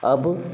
अब